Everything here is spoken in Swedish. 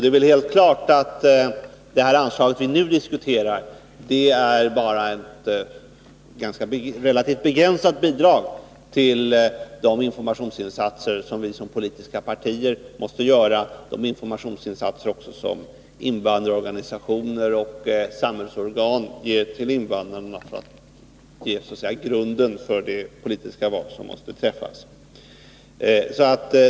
Det är väl helt klart att det anslag vi nu diskuterar bara är ett relativt begränsat bidrag till de informationsinsatser som vi som politiska partier måste göra och som också invandrarorganisationer och samhällsorgan skall ge till invandrare för att så att säga lägga grunden för det politiska val som måste träffas.